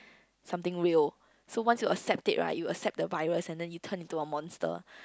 something real so once you accept it right you accept the virus and then you turn into a monster